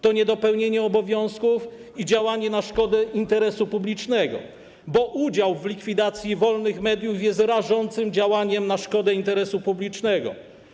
To niedopełnienie obowiązków i działanie na szkodę interesu publicznego, bo udział w likwidacji wolnych mediów jest rażącym działaniem na szkodę interesu publicznego.